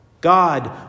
God